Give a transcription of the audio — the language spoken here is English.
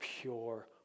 pure